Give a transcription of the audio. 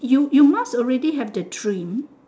you you must already have the dream